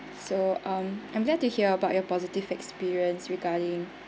so um I'm glad to hear about your positive experience regarding